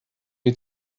die